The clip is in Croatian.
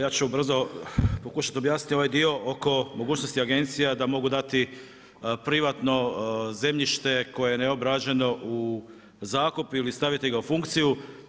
Ja ću brzo pokušati objasniti ovaj dio oko mogućnosti agencija, da mogu dati privatno zemljište koje je neobrađeno u zakup ili staviti ga u funkciju.